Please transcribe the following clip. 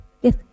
Yes